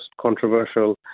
controversial